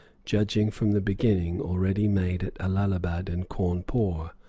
judging from the beginning already made at allahabad and cawnpore.